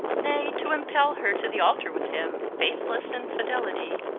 nay to impel her to the altar with him, faithless in fidelity,